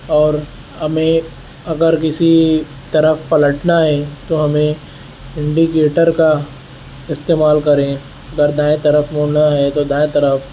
اور ہمیں اگر کسی طرف پلٹنا ہے تو ہمیں اینڈیکیٹر کا استعمال کریں اگر دائیں طرف مڑنا ہے تو دائیں طرف